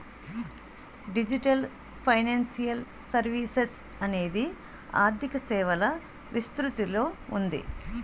digital financial services అనేది ఆర్థిక సేవల విస్తృతిలో ఉంది